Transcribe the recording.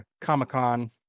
comic-con